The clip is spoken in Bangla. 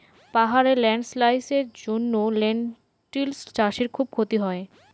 পাহাড়ে ল্যান্ডস্লাইডস্ এর জন্য লেনটিল্স চাষে খুব ক্ষতি হয়